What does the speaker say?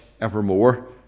evermore